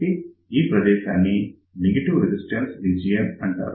కాబట్టి ఈ ప్రదేశాన్ని నెగటివ్ రెసిస్టెన్స్ రీజియన్ అంటారు